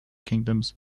kingdoms